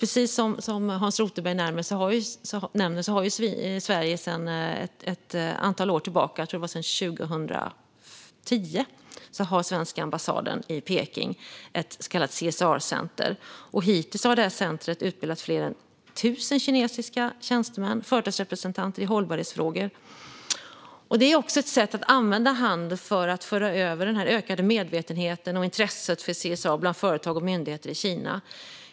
Precis som Hans Rothenberg nämnde har den svenska ambassaden i Peking sedan ett antal år tillbaka - jag tror att det är sedan 2010 - ett så kallat CSR-center. Hittills har detta center utbildat fler än 1 000 kinesiska tjänstemän och företagsrepresentanter i hållbarhetsfrågor. Detta är ett sätt att använda handel för att föra över den ökade medvetenheten och intresset för CRS till företag och myndigheter i Kina.